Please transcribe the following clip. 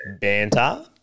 banter